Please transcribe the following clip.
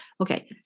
okay